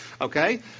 Okay